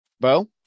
Bo